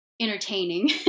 Entertaining